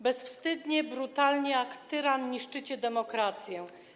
Bezwstydnie, brutalnie jak tyran niszczycie demokrację.